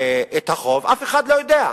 אף אחד לא יודע.